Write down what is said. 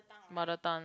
mother tongue